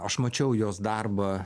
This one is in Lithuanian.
aš mačiau jos darbą